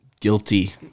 guilty